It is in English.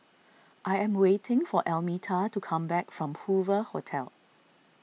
I am waiting for Almeta to come back from Hoover Hotel